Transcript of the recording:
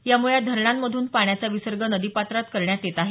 यामुळे या धरणांमधून पाण्याचा विसर्ग नदीपात्रात करण्यात येत आहे